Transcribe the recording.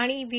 आणि व्ही